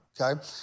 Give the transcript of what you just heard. okay